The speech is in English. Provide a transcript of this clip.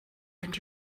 and